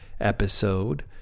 episode